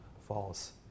falls